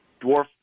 dwarf